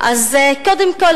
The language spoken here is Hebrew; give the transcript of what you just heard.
קודם כול,